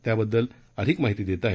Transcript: त्याबद्दल अधिक माहिती देत आहेत